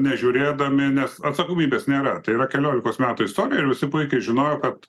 nežiūrėdami nes atsakomybės nėra tai yra keliolikos metų istorija ir visi puikiai žinojo kad